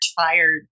tired